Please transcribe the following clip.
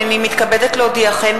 הנני מתכבדת להודיעכם,